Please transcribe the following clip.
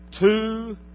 Two